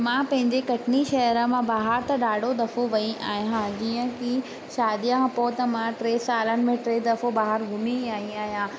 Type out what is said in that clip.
मां पंहिंजे कटनी शहर मां ॿाहिरि त ॾाढो दफ़ो वई आहियां जीअं कि शादीअ खां पोइ त मां टे सालनि में टे दफ़ो ॿाहिरि त घुमी आई आहियां